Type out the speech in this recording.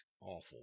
Awful